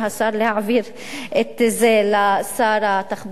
להעביר את זה לשר התחבורה,